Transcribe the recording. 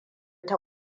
ta